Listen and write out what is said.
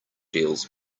deals